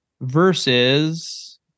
versus